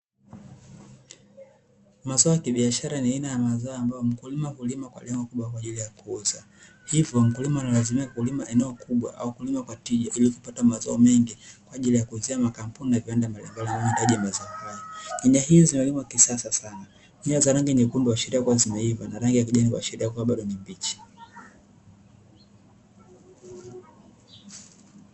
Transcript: Mazao ya kibiashara ni aina ya mazao ambayo mkulima hulima kwa lengo kubwa kwa ajili ya kuuza, hivyo mkulima analazimika kulima eneo kubwa au kulima kwa tija ili kupata mazao mengi kwa ajili ya kuuzia makampuni na viwanda mbalimbali vinavyohitaji mazao hayo, bidhaa hizi zinalimwa kisasa sana nyanya za rangi nyekundu huaashiria kuwa zimeiva na rangi ya kijani huashiria kuwa bado ni mbichi.